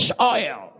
oil